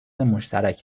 مشترک